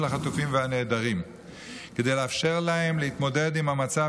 החטופים והנעדרים כדי לאפשר להם להתמודד עם המצב